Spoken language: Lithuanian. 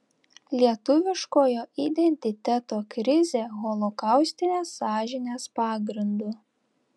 lietuviškojo identiteto krizė holokaustinės sąžinės pagrindu